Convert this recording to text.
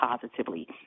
positively